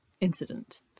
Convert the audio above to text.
incident